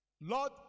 Lord